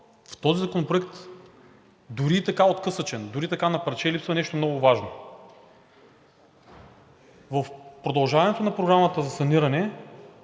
В този законопроект, дори и така откъслечен, дори и така на парче, липсва нещо много важно. В продължаването на Програмата за саниране